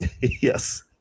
Yes